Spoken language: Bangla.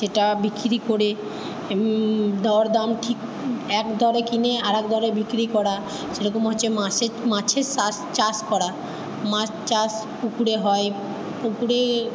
সেটা বিক্রি করে দর দাম ঠিক এক দরে কিনে আরেক দরে বিক্রি করা যেরকম হচ্ছে মাসের মাছের সাস চাষ করা মাছ চাষ পুকুরে হয় পুকুরে